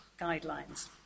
guidelines